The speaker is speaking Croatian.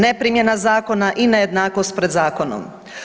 Neprimjena zakona i nejednakost pred zakonom.